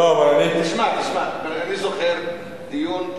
אני זוכר דיון,